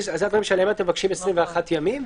אתם מבקשים 21 ימים,